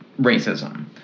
racism